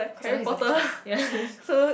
cause I know he's gonna to check